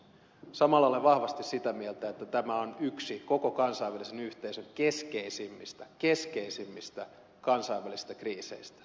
samalla olen vahvasti sitä mieltä että tämä on yksi koko kansainvälisen yhteisön keskeisimmistä keskeisimmistä kansainvälisistä kriiseistä